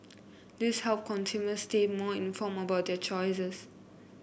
this help consumers stay more informed about their choices